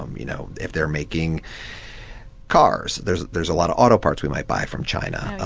um you know, if they're making cars, there's there's a lot of auto parts we might buy from china,